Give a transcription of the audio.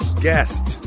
guest